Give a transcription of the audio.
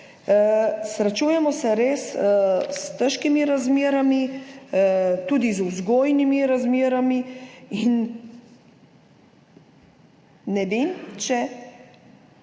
Srečujemo se z res težkimi razmerami, tudi z vzgojnimi razmerami. Ne vem, če